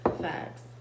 facts